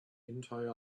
entire